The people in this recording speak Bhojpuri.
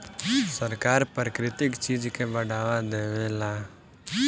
सरकार प्राकृतिक चीज के बढ़ावा देवेला